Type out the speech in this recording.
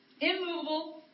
immovable